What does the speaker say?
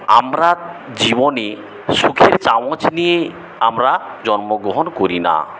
আমরা জীবনে সুখের চামচ নিয়ে আমরা জন্মগ্রহণ করি না